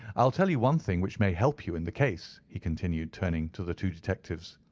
i'll tell you one thing which may help you in the case, he continued, turning to the two detectives.